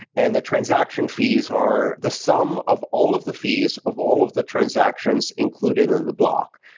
and the transaction fees are the sum of all of the fees, of all of the transactions, included in and the block,